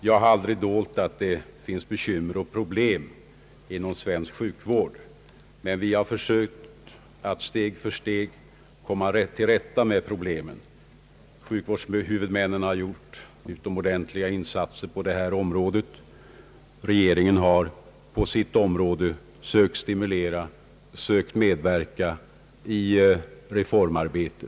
Jag har aldrig dolt att det finns bekymmer och problem inom svensk sjukvård, men vi har försökt att steg för steg komma till rätta med problemen. Sjukvårdshuvudmännen har = gjort utomordentliga insatser, regeringen har å sin sida sökt stimulera och medverka i reformarbetet.